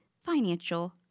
financial